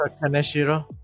Kaneshiro